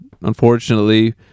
unfortunately